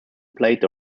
played